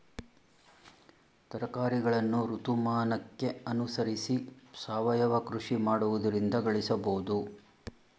ತರಕಾರಿಗಳನ್ನು ಋತುಮಾನಕ್ಕೆ ಅನುಸರಿಸಿ ಸಾವಯವ ಕೃಷಿ ಮಾಡುವುದರಿಂದ ಗಳಿಸಬೋದು